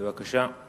בבקשה.